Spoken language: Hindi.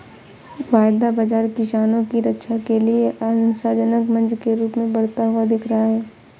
वायदा बाजार किसानों की रक्षा के लिए आशाजनक मंच के रूप में बढ़ता हुआ दिख रहा है